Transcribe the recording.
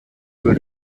für